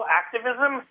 activism